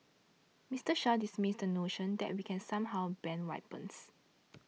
Mister Shah dismissed the notion that we can somehow ban weapons